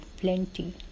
plenty